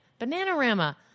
Bananarama